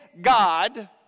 God